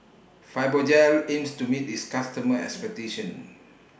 Fibogel aims to meet its customers' expectations